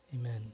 Amen